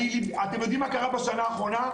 אתם יודעים מה קרה בשנה האחרונה?